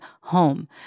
home